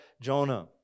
Jonah